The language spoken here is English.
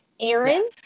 Aaron